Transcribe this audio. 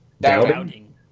Doubting